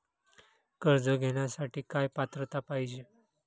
कर्ज घेण्यासाठी काय पात्रता पाहिजे?